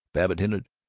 babbitt hinted,